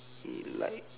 like